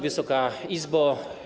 Wysoka Izbo!